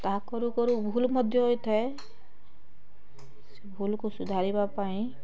ତାହା କରୁ କରୁ ଭୁଲ ମଧ୍ୟ ହୋଇଥାଏ ଭୁଲ୍ କୁ ସୁଧାରିବା ପାଇଁ